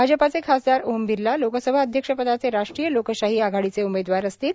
भाजपचे खासदार ओम बिर्ला लोकसभा अध्यक्षपदाचे राष्ट्रीय लोकशाही आघाडीचे उमेदवार असतील